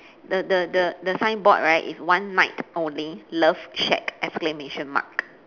the the the the signboard right is one night only love shack exclamation mark